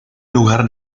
lugar